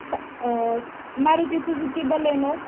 ट Maruti Suzuki Baleno